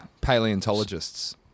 Paleontologists